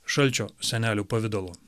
šalčio senelių pavidalu